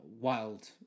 wild